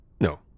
No